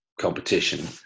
competition